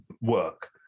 work